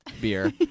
beer